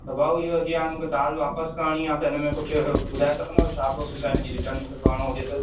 त भाऊ इहो हाणे जीअं मूंखे दाल वापसि करिणी आहे त हिन में कुझु ॿुधाए सघंदव छा प्रोसेस आहे हिन जी रिटर्न मूंखे करिणो हुजे त